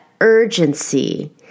urgency